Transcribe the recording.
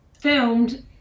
filmed